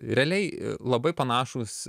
realiai labai panašūs